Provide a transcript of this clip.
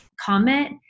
comment